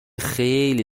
خیلی